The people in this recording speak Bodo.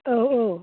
औ औ